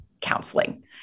counseling